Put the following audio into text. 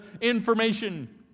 information